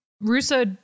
Russo